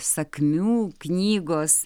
sakmių knygos